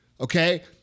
Okay